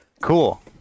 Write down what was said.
Cool